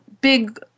big